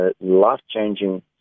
life-changing